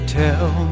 tell